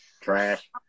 Trash